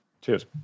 Cheers